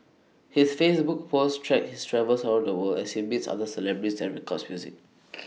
his Facebook posts track his travels around the world as he meets other celebrities and records music